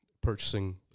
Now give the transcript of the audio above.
purchasing